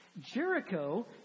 Jericho